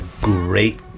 great